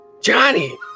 Johnny